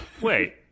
wait